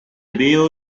veo